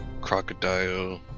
crocodile